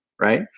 right